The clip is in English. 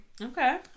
Okay